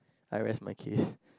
I rest my case